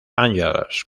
ángeles